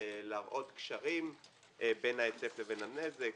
להראות קשרים בין ההיצף לבין הנזק.